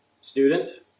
Students